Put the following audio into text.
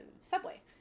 Subway